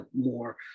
more